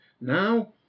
Now